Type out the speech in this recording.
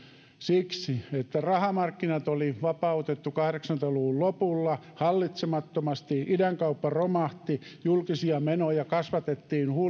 siksi että rahamarkkinat oli vapautettu kahdeksankymmentä luvun lopulla hallitsemattomasti idänkauppa romahti julkisia menoja kasvatettiin